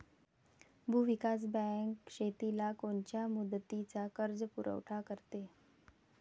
भूविकास बँक शेतीला कोनच्या मुदतीचा कर्जपुरवठा करते?